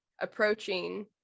approaching